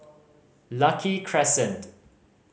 Lucky Crescent